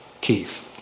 Keith